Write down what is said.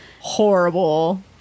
horrible